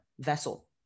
vessel